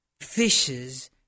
fishes